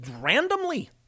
randomly